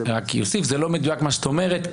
זה לא מדויק מה שאת אומרת,